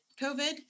COVID